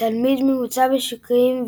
תלמיד ממוצע בשיקויים,